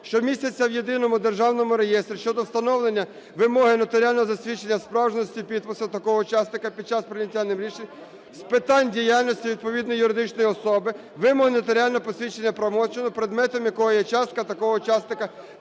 що містяться в Єдиному державному реєстрі, щодо встановлення вимоги нотаріального засвідчення справжності підпису такого учасника під час прийняття ним рішень з питань діяльності відповідної юридичної особи, вимоги нотаріального посвідчення правочину, предметом якого є частка такого учасника